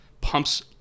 pumps